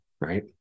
Right